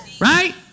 right